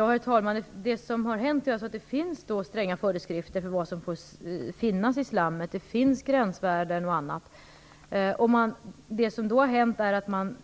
Herr talman! Det som hänt är att det finns stränga föreskrifter för vad som får finnas i slammet. Det finns gränsvärden.